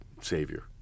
savior